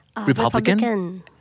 Republican